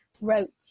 wrote